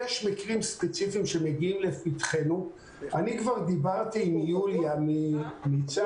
יש מקרים ספציפיים שמגיעים לפתחנו ואני כבר דיברתי עם יוליה מצה"ל,